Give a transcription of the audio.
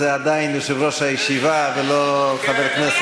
זה עדיין יושב-ראש הישיבה ולא חבר כנסת.